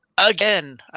Again